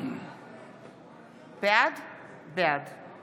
דמיינו את א' בת ה-15